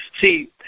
See